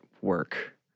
work